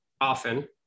often